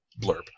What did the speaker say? blurb